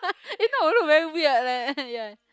if not will look very weird leh ya